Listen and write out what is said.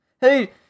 Hey